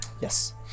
yes